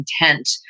intent